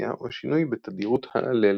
מוטציה או שינוי בתדירות האללים.